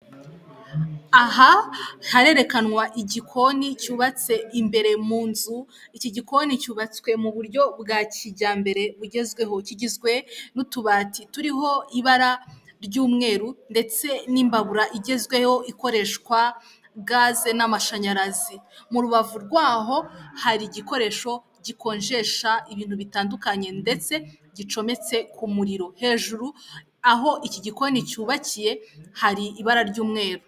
Aha harerekanwa igikoni cyubatse imbere mu nzu, iki gikoni cyubatswe mu buryo bwa kijyambere bugezweho, kigizwe n'utubati turiho ibara ry'umweru ndetse n'imbabura igezweho ikoreshwa gaze n'amashanyarazi mu rubavu rwaho hari igikoresho gikonjesha ibintu bitandukanye ndetse gicometse k'umuriro hejuru aho iki gikoni cyubakiye hari ibara ry'umweru.